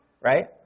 right